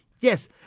Yes